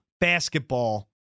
basketball